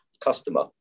customer